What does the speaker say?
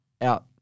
out